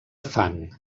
fang